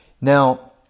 Now